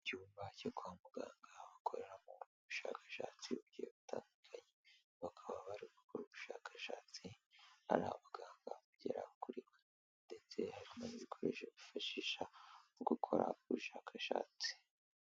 Icyumba cyo kwa muganga bakoreramo ubushakashatsi butandukanye, bakaba bari gukora ubushakashatsi ari abaganga bagera kuri bane ndetse hari n'ibikomeje kwifashisha mu gukora ubushakashatsi.